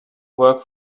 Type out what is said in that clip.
work